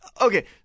Okay